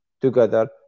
together